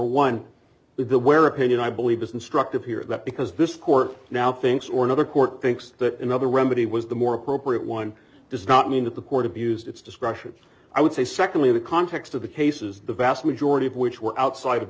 one the where opinion i believe is instructive here that because this court now thinks or another court thinks that another remedy was the more appropriate one does not mean that the court abused its discretion i would say secondly in the context of the cases the vast majority of which were outside of